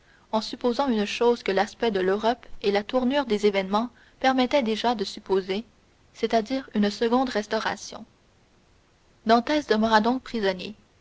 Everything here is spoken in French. en supposant une chose que l'aspect de l'europe et la tournure des événements permettaient déjà de supposer c'est-à-dire une seconde restauration dantès demeura donc prisonnier